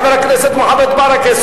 חבר הכנסת מוחמד ברכה,